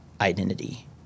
identity